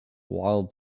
while